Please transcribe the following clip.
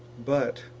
but,